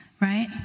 Right